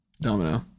Domino